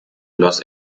los